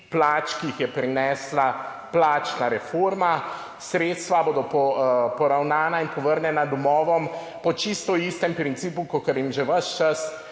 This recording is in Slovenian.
plač, ki jih je prinesla plačna reforma. Sredstva bodo poravnana in povrnjena domovom po čisto istem principu, kakor jim že ves čas